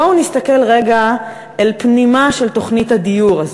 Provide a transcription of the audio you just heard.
אבל בואו ונסתכל רגע אל פנימה של תוכנית הדיור הזאת.